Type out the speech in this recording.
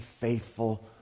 faithful